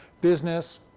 business